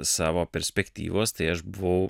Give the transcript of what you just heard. savo perspektyvos tai aš buvau